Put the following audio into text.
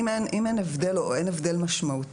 אם אין הבדל או אין הבדל משמעותי,